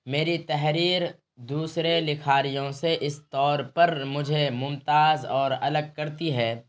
میری تحریر دوسرے لکھاریوں سے اس طور پر مجھے ممتاز اور الگ کرتی ہے